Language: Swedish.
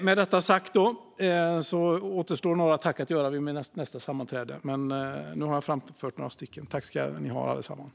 Med detta sagt återstår några tack till nästa ärende. Men nu har jag framfört några stycken. Tack ska ni ha, allesammans!